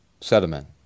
sediment